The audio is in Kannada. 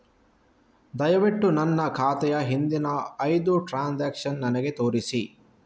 ದಯವಿಟ್ಟು ನನ್ನ ಖಾತೆಯ ಹಿಂದಿನ ಐದು ಟ್ರಾನ್ಸಾಕ್ಷನ್ಸ್ ನನಗೆ ತೋರಿಸಿ